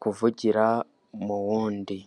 kuvugira mu wundi.